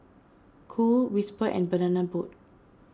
Cool Whisper and Banana Boat